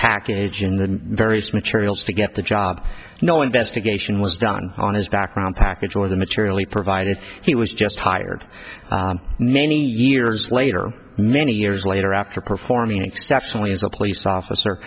package and various materials to get the job no investigation was done on his background package or the materially provided he was just hired many years later many years later after performing exceptionally as a police officer